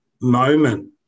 moment